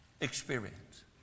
experience